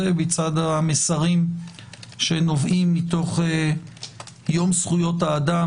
לצד המסרים שנובעים מתוך יום זכויות האדם,